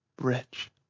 rich